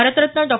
Bharat Ratna Dr